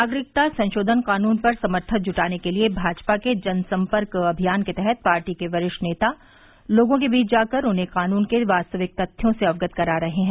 नागरिकता संशोधन कानून पर समर्थन जुटाने के लिए भाजपा के जनसंपर्क अभियान के तहत पार्टी के वरिष्ठ नेता लोगों के बीच जाकर उन्हें कानून के वास्तविक तथ्यों से अवगत करा रहे हैं